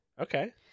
Okay